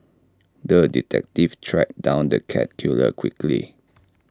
the detective tracked down the cat killer quickly